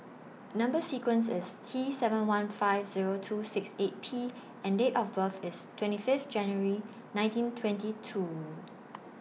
Number sequence IS T seven one five Zero two six eight P and Date of birth IS twenty Fifth January nineteen twenty two